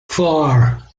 four